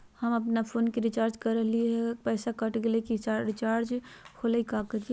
हम अपन फोन के रिचार्ज के रहलिय हल, पैसा कट गेलई, पर रिचार्ज नई होलई, का करियई?